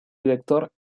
director